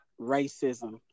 racism